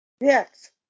Yes